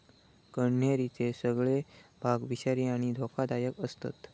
कण्हेरीचे सगळे भाग विषारी आणि धोकादायक आसतत